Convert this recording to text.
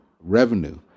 revenue